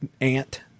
aunt